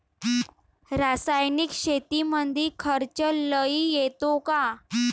रासायनिक शेतीमंदी खर्च लई येतो का?